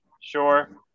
Sure